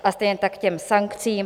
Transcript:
A stejně tak k těm sankcím.